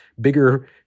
bigger